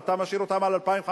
ואתה משאיר אותם על 2,500,